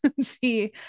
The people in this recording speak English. see